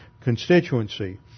constituency